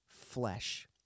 flesh